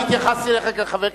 אני התייחסתי אליך כחבר כנסת,